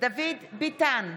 דוד ביטן,